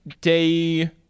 day